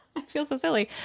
i feel so silly.